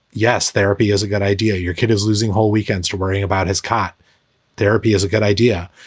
yes, therapy is a good idea. your kid is losing whole weekends to worrying about his kott therapy is a good idea.